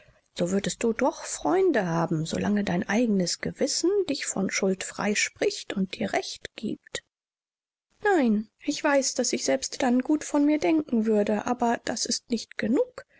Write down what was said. so würdest du doch freunde haben solange dein eigenes gewissen dich von schuld freispricht und dir recht giebt nein ich weiß daß ich selbst dann gut von mir denken würde aber das ist nicht genug